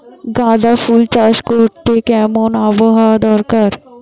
গাঁদাফুল চাষ করতে কেমন আবহাওয়া দরকার?